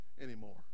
anymore